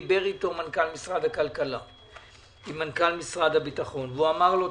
דיבר מנכ"ל משרד הכלכלה עם מנכ"ל משרד הביטחון ואמר לו,